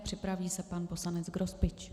Připraví se pan poslanec Grospič.